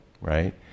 right